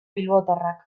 bilbotarrak